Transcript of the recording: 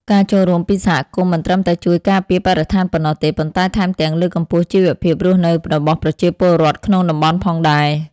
ការចូលរួមពីសហគមន៍មិនត្រឹមតែជួយការពារបរិស្ថានប៉ុណ្ណោះទេ ប៉ុន្តែថែមទាំងលើកកម្ពស់ជីវភាពរស់នៅរបស់ប្រជាពលរដ្ឋក្នុងតំបន់ផងដែរ។